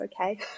okay